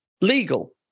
Legal